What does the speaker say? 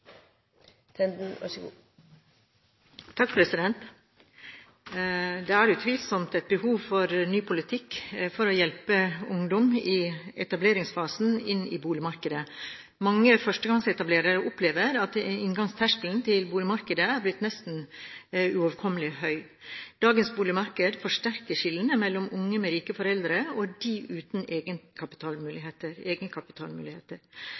utvilsomt et behov for en ny politikk for å hjelpe ungdom i etableringsfasen inn i boligmarkedet. Mange førstegangsetablerere opplever at inngangsterskelen til boligmarkedet nesten er blitt uoverkommelig høy. Dagens boligmarked forsterker skillene mellom unge med rike foreldre og dem uten egenkapitalmuligheter.